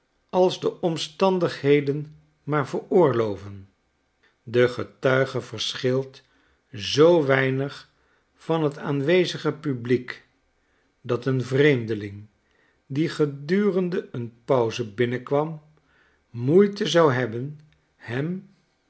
als de omstandigheden maar veroorloven degetuige verschilt zoo weinig van t aanwezige publiek dat een vreemdeling die gedurende een pauze binnenkwam moeite zou hebben hem